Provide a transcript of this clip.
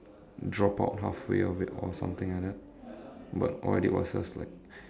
drop out halfway of it or something like that but all I did was just like